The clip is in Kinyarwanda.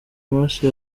amaraso